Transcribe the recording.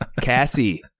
Cassie